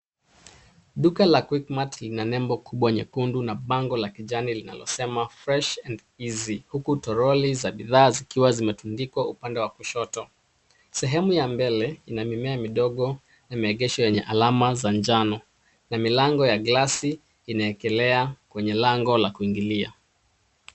Duka la quickmat lina nembo kubwa nyekundu na bango la kijani linalosema fresh and easy huku troli za bidhaa zikiwa zimetundikwa upande wa kushoto. Sehemu ya mbele ina mimea midogo imeegeshwa enye alama za njano na milango ya glasi inaekelea kwenye lango la kuingilia.